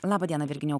labą dieną virginijau